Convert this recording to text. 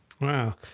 Wow